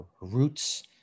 roots